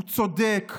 הוא צודק,